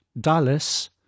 Dallas